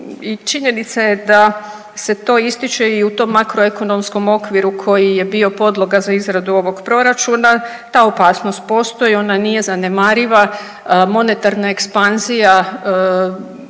činjenica je da se to ističe i u tom makroekonomskom okviru koji je bio podloga za izradu ovog proračuna da opasnost postoji, ona nije zanemariva, monetarna ekspanzija